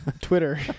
twitter